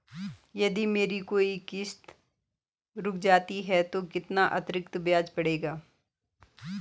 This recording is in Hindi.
यदि मेरी कोई किश्त रुक जाती है तो कितना अतरिक्त ब्याज पड़ेगा?